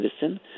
citizen